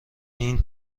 این